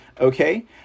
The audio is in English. okay